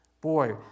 Boy